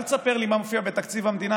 אל תספר לי מה מופיע בתקציב המדינה,